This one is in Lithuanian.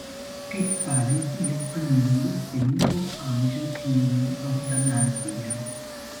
kaip pavyzdį jis paminėjo senyvo amžiaus žmonių eutanaziją